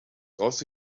also